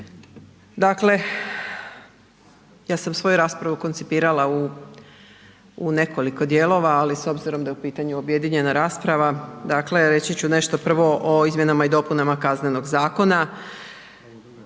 Dakle, ja sam svoju raspravu koncipirala u nekoliko dijelova, ali s obzirom da je u pitanju objedinjena rasprava reći ću nešto prvo o izmjenama i dopunama Kaznenog zakona.